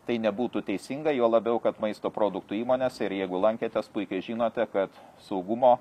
tai nebūtų teisinga juo labiau kad maisto produktų įmonės ir jeigu lankėtės puikiai žinote kad saugumo